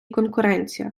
конкуренція